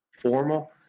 formal